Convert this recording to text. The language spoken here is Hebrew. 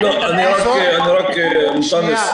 אני רק רוצה לומר: